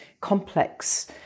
complex